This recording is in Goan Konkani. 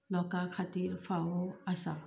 लोका खातीर फावो आसा